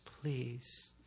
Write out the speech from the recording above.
please